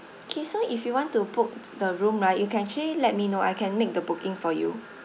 K so if you want to book the room right you can actually let me know I can make the booking for you